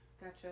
Gotcha